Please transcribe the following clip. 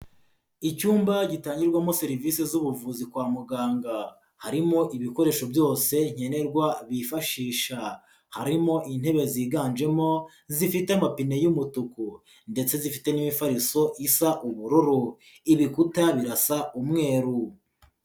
Icyumba gitangirwamo serivisi z'ubuvuzi kwa muganga. Harimo ibikoresho byose nkenerwa bifashisha: harimo intebe ziganjemo zifite amapine y'umutuku ndetse zifite n'imifariso isa ubururu, ibikuta birasa umweru.